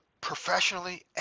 professionally